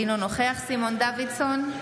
אינו נוכח סימון דוידסון,